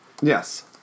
Yes